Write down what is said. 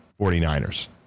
49ers